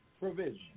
provision